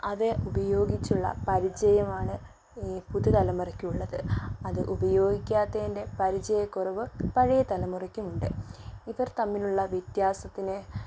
അത് ഉപയോഗിച്ചുള്ള പരിചയമാണ് ഈ പുതു തലമുറക്കുള്ളത് അത് ഉപയോഗിക്കാത്തിൻ്റെ പരിചയക്കുറവ് പഴയ തലമുറക്കുണ്ട് ഇവർ തമ്മിലുള്ള വ്യത്യസത്തിനെ